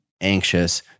anxious